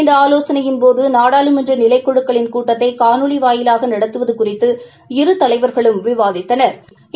இந்த ஆலோசனையின்போது நாடாளுமன்ற நிலைக்குழுக்களின் கூட்டத்தை காணொலி வாயிலாக நடத்துவது குறித்து இரு தலைவா்குளும் விவாதித்தனா்